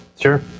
Sure